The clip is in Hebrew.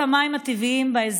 הנחל מוצף בקצף לבן עד גדותיו,